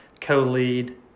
co-lead